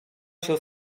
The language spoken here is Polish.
się